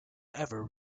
ever